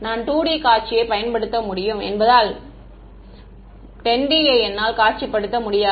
நான் 2D ஐ காட்சிப்படுத்த முடியும் என்பதால் 10D ஐ என்னால் காட்சிப்படுத்த முடியாது